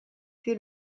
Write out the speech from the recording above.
tué